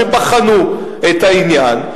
שבחנו את העניין,